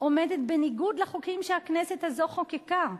עומדת בניגוד לחוקים שהכנסת הזאת חוקקה,